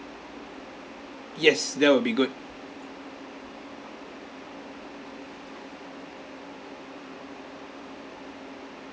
yes that will be good